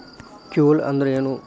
ಕೊಯ್ಲು ಅಂದ್ರ ಏನ್?